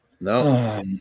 No